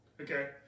Okay